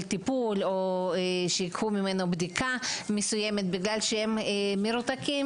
טיפול או שייקחו ממנו בדיקה מסוימת כי הם מרותקים,